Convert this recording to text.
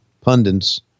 pundits